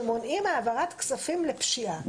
שמונעים העברת כספים לפשיעה.